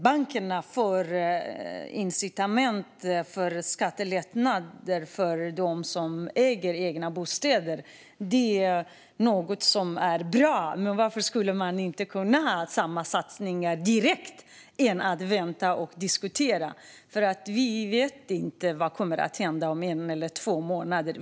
Bankerna får incitament i form av skattelättnader för dem som äger sin bostad, och det är bra - men varför skulle man inte kunna ha samma satsningar, direkt, i stället för att vänta och diskutera? Vi vet inte vad som kommer att hända om en eller två månader.